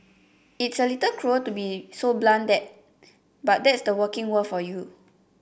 it's a little cruel to be so blunt but that's the working world for you